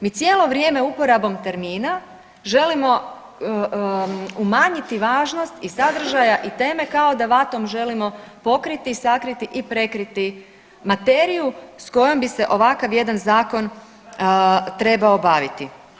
Mi cijelo vrijeme uporabom termina želimo umanjiti važnost i sadržaja i teme kao da vatom želimo pokriti, sakriti i prekriti materiju s kojom bi se ovakav jedan zakon trebao baviti.